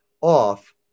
off